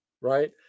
right